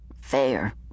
fair